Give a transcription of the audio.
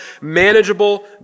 manageable